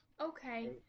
Okay